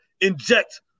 inject